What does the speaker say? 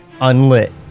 unlit